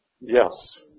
Yes